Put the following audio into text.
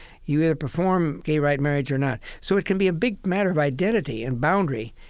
you either perform gay right marriage or not. so it can be a big matter of identity and boundary,